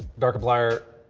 darkiplier,